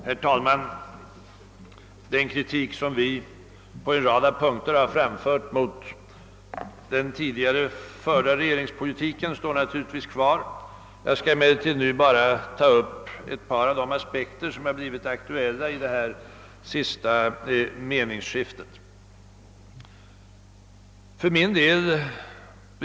Herr talman! Den kritik som vi på en rad punkter har framfört mot den tidigare förda regeringspolitiken står naturligtvis fast. Jag skall nu bara ta upp ett par av de aspekter som har blivit aktuella under det senaste meningsutbytet.